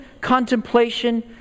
contemplation